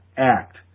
act